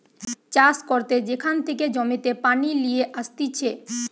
চাষ করতে যেখান থেকে জমিতে পানি লিয়ে আসতিছে